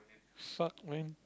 fuck man